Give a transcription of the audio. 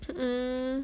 um